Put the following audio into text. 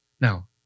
Now